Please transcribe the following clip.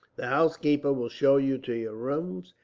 the housekeeper will show you to your rooms.